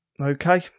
Okay